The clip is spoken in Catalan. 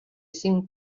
cinc